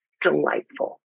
delightful